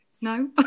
no